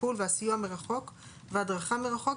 הטיפול והסיוע מרחוק וההדרכה מרחוק,